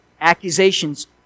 accusations